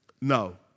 No